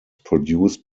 produced